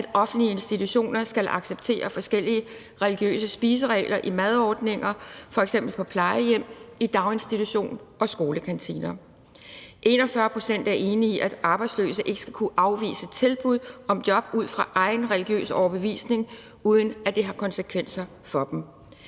at offentlige institutioner skal acceptere forskellige religiøse spilleregler i forhold til madordninger, f.eks. på plejehjem, i daginstitutioner og skolekantiner. 41 pct. er enige i, at arbejdsløse ikke skal kunne afvise tilbud om job ud fra deres egen religiøse overbevisning, uden at det har konsekvenser for dem.